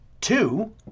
Two